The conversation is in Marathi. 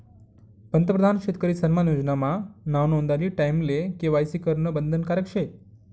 पंतप्रधान शेतकरी सन्मान योजना मा नाव नोंदानी टाईमले के.वाय.सी करनं बंधनकारक शे